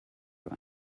when